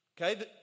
Okay